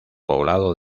poblado